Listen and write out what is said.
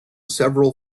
several